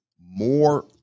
more